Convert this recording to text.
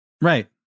Right